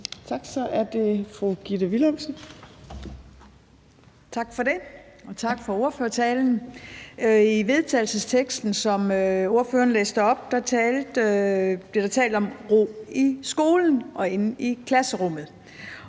Tak for det, og tak for ordførertalen. I vedtagelsesteksten, som ordføreren læste op, bliver der talt om ro i skolen og inde i klasserummet,